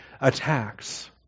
attacks